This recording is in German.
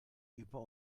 über